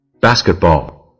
Basketball